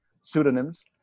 pseudonyms